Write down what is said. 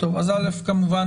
א' כמובן,